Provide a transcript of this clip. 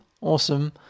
Awesome